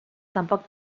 tampoc